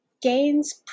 Gains